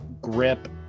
grip